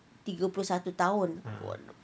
tiga puluh satu tahun